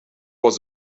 was